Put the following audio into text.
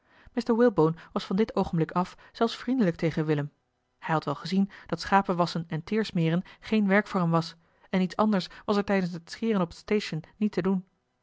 walebone was van dit oogenblik af zelfs vriendelijk tegen willem hij had wel gezien dat schapen wasschen en teersmeren geen werk voor hem was en iets anders was er tijdens het scheren op het station niet te doen